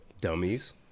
dummies